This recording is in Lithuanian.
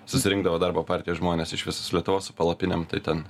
susirinkdavo darbo partijos žmonės iš visos lietuvos su palapinėm tai ten